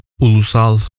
Ulusal